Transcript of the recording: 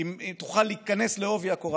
אם תוכל להיכנס בעובי הקורה,